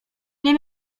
nie